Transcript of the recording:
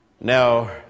Now